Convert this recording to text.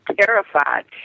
terrified